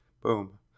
Boom